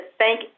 thank